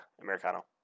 Americano